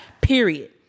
period